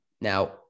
now